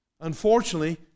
Unfortunately